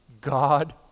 God